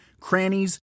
crannies